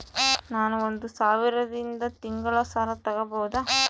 ನಾನು ಒಂದು ಸಾವಿರದಿಂದ ತಿಂಗಳ ಸಾಲ ತಗಬಹುದಾ?